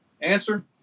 Answer